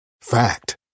Fact